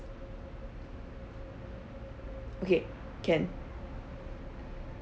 okay can